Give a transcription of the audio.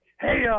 hey